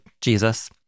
Jesus